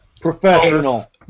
Professional